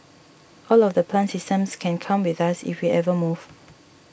all of the plant systems can come with us if we ever move